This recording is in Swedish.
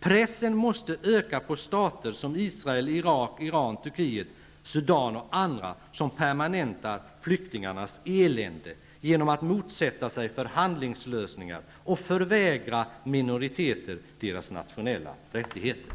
Pressen måste öka på stater som Israel, Irak, Iran, Turkiet, Sudan och andra, som permanentar flyktingarnas elände genom att motsätta sig förhandlingslösningar och förvägra minoriteter deras nationella rättigheter.